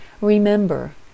Remember